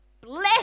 Bless